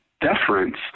deference